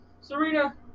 Serena